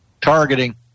Targeting